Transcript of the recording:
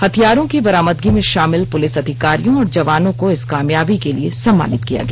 हथियारों की बरामदगी में शामिल पुलिस अधिकारियों और जवानों को इस कामयाबी के लिए सम्मानित किया गया